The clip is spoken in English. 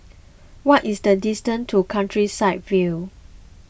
what is the distance to Countryside View